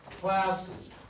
classes